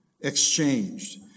Exchanged